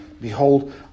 Behold